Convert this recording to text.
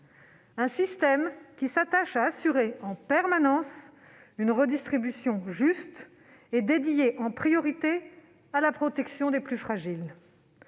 un système qui s'attache à assurer en permanence une redistribution juste et dédiée en priorité à la protection des plus fragiles.